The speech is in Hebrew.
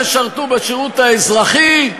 אל תשרתו בשירות האזרחי.